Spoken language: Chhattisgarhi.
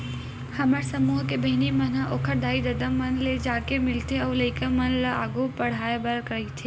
हमर समूह के बहिनी मन ह ओखर दाई ददा मन ले जाके मिलथे अउ लइका मन ल आघु पड़हाय बर कहिथे